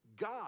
God